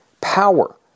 power